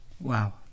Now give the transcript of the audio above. Wow